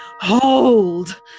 hold